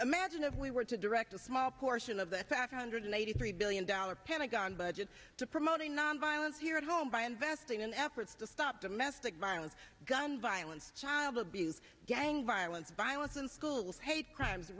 imagine if we were to direct a small portion of that fat hundred eighty three billion dollars pentagon budget to promoting nonviolence here at home by investing in efforts to stop domestic violence gun violence child abuse gang violence violence in schools hate crime